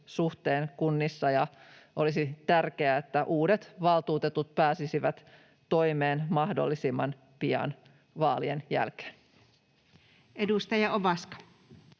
suhteen kunnissa, ja olisi tärkeää, että uudet valtuutetut pääsisivät toimeen mahdollisimman pian vaalien jälkeen. [Speech 188]